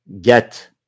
get